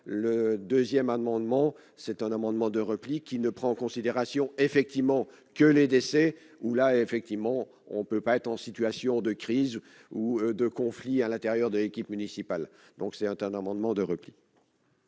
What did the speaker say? le 2ème amendement c'est un amendement de repli qui ne prend en considération, effectivement, que les décès où là effectivement on peut pas être en situation de crise ou de conflits à l'intérieur de l'équipe municipale, donc c'est un tas d'amendements de repli.